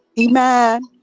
Amen